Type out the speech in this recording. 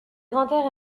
grantaire